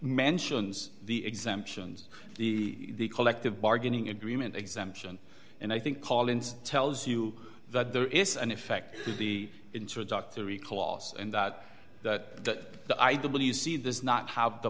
mentions the exemptions the collective bargaining agreement exemption and i think collins tells you that there is an effect to the introductory clause and that that the i w c this not have the